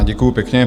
Děkuju pěkně.